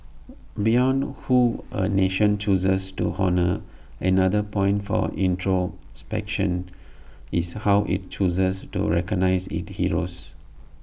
beyond who A nation chooses to honour another point for introspection is how IT chooses to recognise its heroes